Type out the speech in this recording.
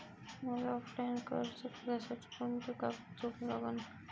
मले ऑफलाईन कर्ज घ्यासाठी कोंते कागद जोडा लागन?